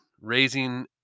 raising